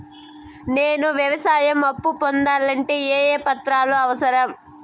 నేను వ్యవసాయం అప్పు పొందాలంటే ఏ ఏ పత్రాలు అవసరం?